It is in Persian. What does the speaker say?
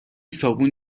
صابون